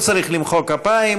לא צריך למחוא כפיים,